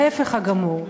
ההפך הגמור.